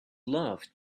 loved